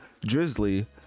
drizzly